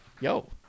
yo